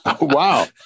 wow